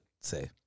say